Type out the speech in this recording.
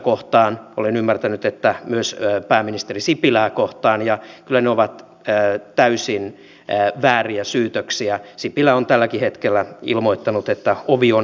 juuri pienyrittäjien puolesta olen monesti sitä asiaa ajatellutkin ja he ovat olleet minuunkin yhteydessä että se ensimmäisen työntekijän palkkaaminen tai toisenkin työntekijän palkkaaminen on suuri riski on myöskin tämä henkilökemioiden tilanne ja muutenkin on paljon vaikeampaa